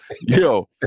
yo